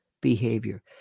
behavior